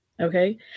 Okay